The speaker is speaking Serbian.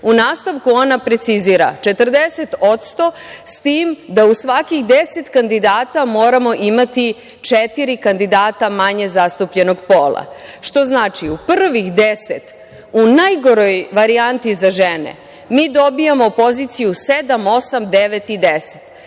U nastavku ona precizira - 40%, s tim da u svakih 10 kandidata moramo imati četiri kandidata manje zastupljenog pola. Što znači - u prvih 10, u najgoroj varijanti za žene, mi dobijamo poziciju sedam, osam,